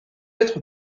être